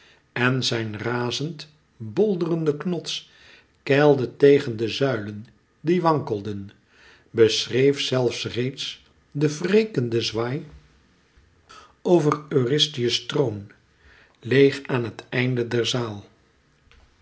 en zijn razend bolderende knots keilde tegen de zuilen die wankelden beschreef zelfs reeds den wrekenden zwaai over eurystheus troon leêg aan het einde der zaal